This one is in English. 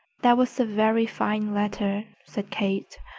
that was a very fine letter, said kate.